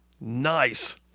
Nice